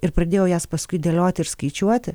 ir pradėjau jas paskui dėlioti ir skaičiuoti